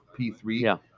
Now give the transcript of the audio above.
P3